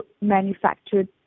manufactured